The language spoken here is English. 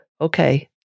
Okay